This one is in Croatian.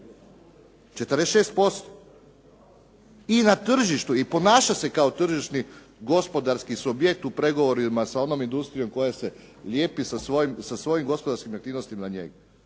46%. I na tržištu i ponaša se kao tržišni gospodarski subjekt u pregovorima sa onom industrijom koja se lijepi sa svojim gospodarskim aktivnostima na njega.